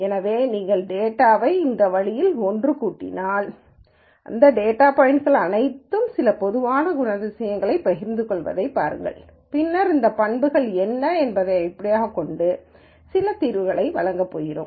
எனவே நீங்கள் டேட்டாவை இந்த வழியில் ஒன்று கூடினால் இந்த டேட்டா பாய்ன்ட்கள் அனைத்தும் சில பொதுவான குணாதிசயங்களைப் பகிர்ந்துகொள்வதைப் பாருங்கள் பின்னர் அந்த பண்புகள் என்ன என்பதை அடிப்படையாகக் கொண்டு சில தீர்ப்புகளை வழங்கப் போகிறோம்